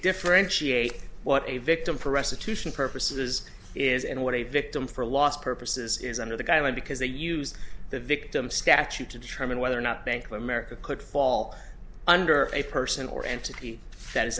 differentiate what a victim for restitution purposes is and what a victim for loss purposes is under the guideline because they use the victim statute to tremont whether or not bank of america could fall under a person or entity